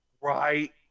Right